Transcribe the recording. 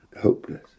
Hopeless